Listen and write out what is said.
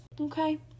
Okay